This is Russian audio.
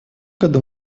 году